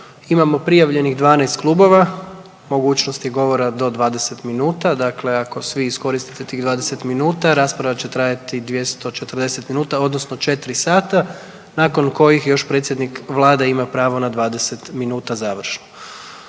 imamo prijavljenih 12 klubova, mogućnost je govora do 20 minuta, dakle ako svi iskoristite tih 20 minuta rasprava će trajati 240 minuta odnosno 4 sata nakon kojih još predsjednik vlade ima pravo na 20 minuta završno.